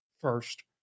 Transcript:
first